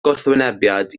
gwrthwynebiad